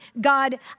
God